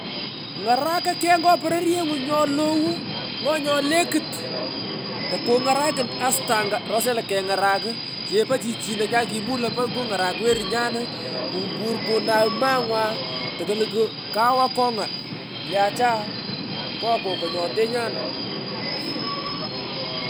Ngaraka kegh ngo pororiengu nyo lowh ngo nyo lekut tokungarakun astanga rose lo kengarakh chepo chichino nyo kimula pegh kangarach werunyan kumpur kunagh mangwa tokulukwu kaw akonga le acha ngo kokonyontenyan.